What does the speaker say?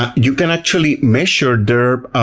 ah you can actually measure their